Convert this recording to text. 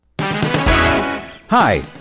Hi